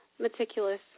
meticulous